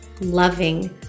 loving